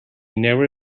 never